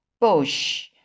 Bush